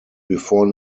before